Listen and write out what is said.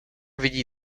vidí